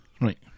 Right